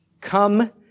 Come